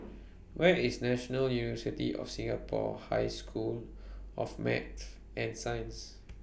Where IS National University of Singapore High School of Math and Science